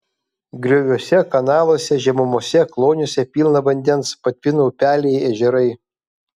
grioviuose kanaluose žemumose kloniuose pilna vandens patvino upeliai ežerai